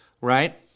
right